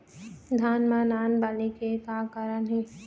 धान म नान बाली के का कारण हे?